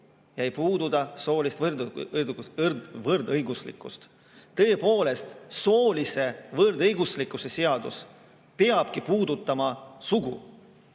sugusid, soolist võrdõiguslikkust. Tõepoolest, soolise võrdõiguslikkuse seadus peabki puudutama sugu.